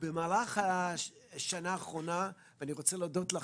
במהלך השנה האחרונה ואני רוצה להודות לך